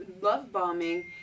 love-bombing